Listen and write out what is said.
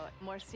More